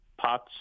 Pots